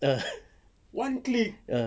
ah ah